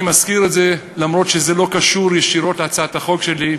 אני מזכיר את זה אף-על-פי שזה לא קשור ישירות להצעת החוק שלי,